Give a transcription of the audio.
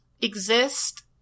exist